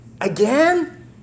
again